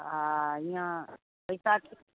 आ हिआँ बैशाखी